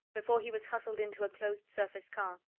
before he was hustled into a closed surface car.